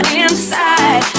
inside